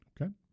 Okay